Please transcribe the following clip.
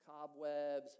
cobwebs